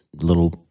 little